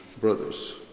brothers